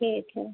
ठीक है